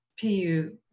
PU